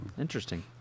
Interesting